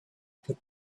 put